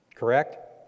correct